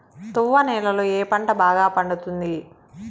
తువ్వ నేలలో ఏ పంట బాగా పండుతుంది?